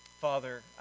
Father